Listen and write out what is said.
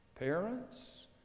Parents